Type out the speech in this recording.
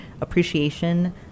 appreciation